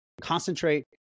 concentrate